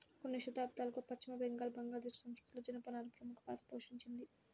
కొన్ని శతాబ్దాలుగా పశ్చిమ బెంగాల్, బంగ్లాదేశ్ ల సంస్కృతిలో జనపనార ప్రముఖ పాత్ర పోషించింది